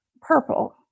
purple